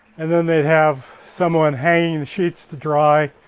and then they'd have someone hanging the sheets to dry.